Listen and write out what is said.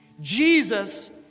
Jesus